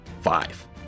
five